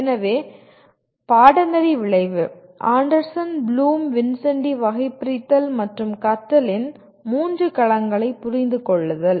எனவே பாடநெறி விளைவு ஆண்டர்சன் ப்ளூம் வின்சென்டி வகைபிரித்தல் மற்றும் கற்றலின் மூன்று களங்களைப் புரிந்து கொள்ளுதல்